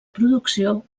producció